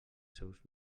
seus